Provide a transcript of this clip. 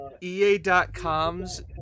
EA.com's